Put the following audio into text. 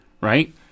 right